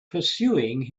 pursuing